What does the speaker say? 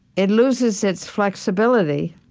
it loses its flexibility,